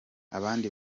abandi